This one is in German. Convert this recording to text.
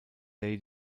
lady